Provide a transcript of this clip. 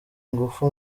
ingufu